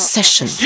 Session